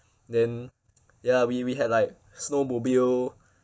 then ya we we had like snowmobile